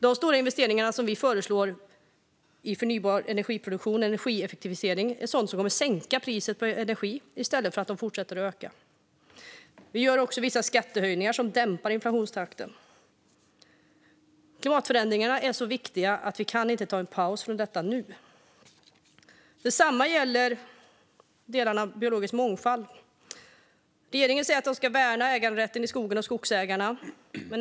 De stora investeringar i förnybar energiproduktion och energieffektivisering som vi föreslår är sådant som kommer att sänka priset på energi i stället för att det fortsätter att öka. Vi gör också vissa skattehöjningar som dämpar inflationstakten. Klimatförändringarna är så viktiga att vi inte kan ta en paus från detta nu. Detsamma gäller biologisk mångfald. Regeringen säger att man ska värna äganderätten i skogen och skogsägarna.